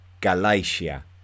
Galatia